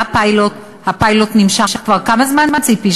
היה פיילוט, הפיילוט נמשך כבר כמה זמן, ציפי?